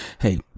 Hey